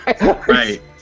Right